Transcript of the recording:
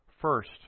First